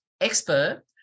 expert